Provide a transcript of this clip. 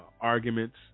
arguments